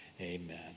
amen